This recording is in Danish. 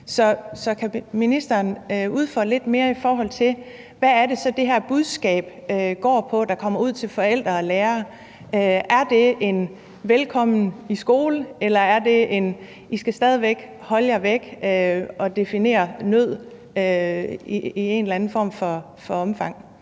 Så kan ministeren udfolde lidt mere, hvad det så er, det her budskab, der kommer ud til forældre og lærere, går på? Er det et »velkommen i skole«, eller er det »I skal stadig væk holde jer væk«? Og kan ministeren i et eller andet omfang